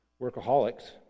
workaholics